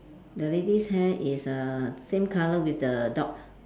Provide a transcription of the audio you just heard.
the lady's hair is err same colour with the dog